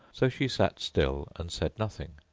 so she sat still and said nothing.